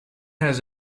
has